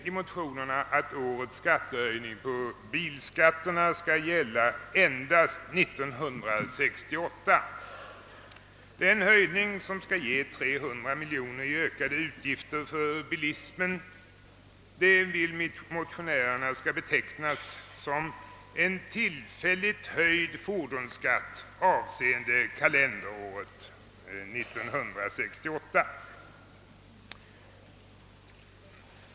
I motionsparet kräves att årets höjning av bilskatterna endast skall gälla 1968. Den höjning som skall ge 300 miljoner i ökade utgifter för bilismen vill motionärerna få betecknad som en »tillfälligt höjd fordonsskatt avseende kalenderåret 1968».